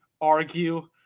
argue